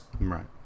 Right